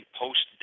post